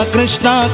Krishna